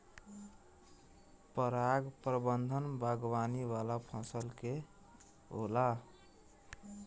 पराग प्रबंधन बागवानी वाला फसल के होला